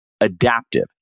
adaptive